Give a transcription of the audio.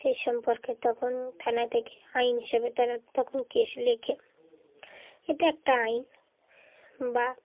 সেই সম্পর্কে তখন থানা থেকে আইন হিসেবে তারা তখন কেস লেখে এটা একটা আইন বা